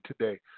Today